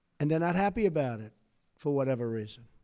and they're not happy about it for whatever reason.